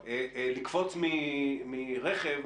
לקפוץ מרכב,